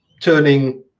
turning